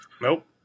Nope